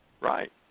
Right